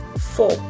four